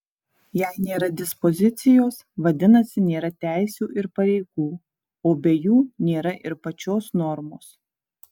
jei nėra dispozicijos vadinasi nėra teisių ir pareigų o be jų nėra ir pačios normos